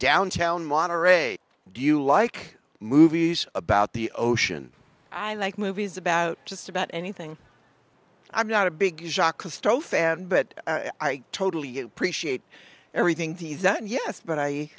downtown monterey do you like movies about the ocean i like movies about just about anything i'm not a big fan but i totally appreciate everything that yes but i